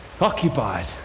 occupied